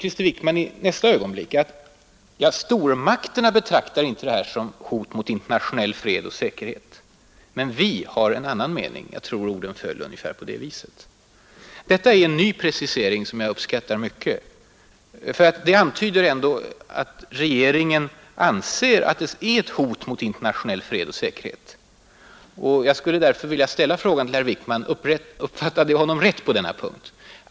Krister Wickman säger i nästa ögonblick att stormakterna inte betraktar situationen som ett hot mot internationell fred och säkerhet men att vi har en annan uppfattning — jag tror att orden föll ungefär på det viset. Detta är en ny precisering som jag uppskattar, eftersom den ändå antyder att regeringen kanske anser att situationen är ett hot mot internationell fred och säkerhet. Jag skulle därför vilja ställa frågan till herr Wickman om jag uppfattat honom rätt på denna punkt.